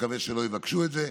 נקווה שלא יבקשו את זה,